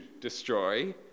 destroy